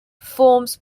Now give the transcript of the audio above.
forms